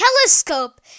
telescope